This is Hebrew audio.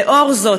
לנוכח זאת,